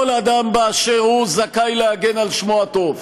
כל אדם באשר הוא זכאי להגן על שמו הטוב.